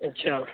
اچھا